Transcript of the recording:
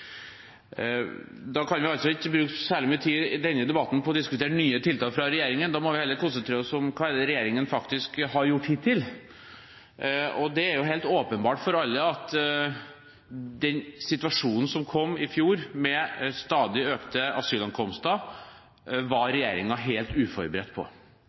Da kan vi altså ikke bruke særlig mye tid i denne debatten på å diskutere nye tiltak fra regjeringen. Da må vi heller konsentrere oss om hva det er regjeringen faktisk har gjort hittil. Det er helt åpenbart for alle at den situasjonen som oppsto i fjor, med en stadig økning i asylankomster, var regjeringen helt uforberedt på.